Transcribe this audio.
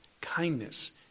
kindness